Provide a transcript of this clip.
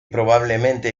probablemente